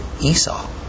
Esau